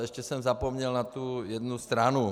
Ještě jsem zapomněl na tu jednu stranu.